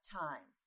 time